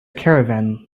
caravan